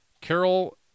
Carol